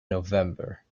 november